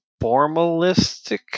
formalistic